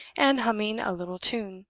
and humming a little tune